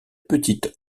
petite